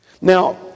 Now